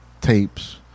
tapes